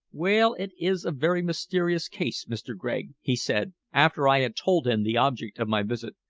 well, it is a very mysterious case, mr. gregg, he said, after i had told him the object of my visit.